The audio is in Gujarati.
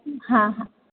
હા હા